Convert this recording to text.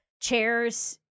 chairs